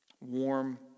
warm